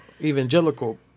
evangelical